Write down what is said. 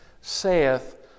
saith